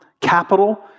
capital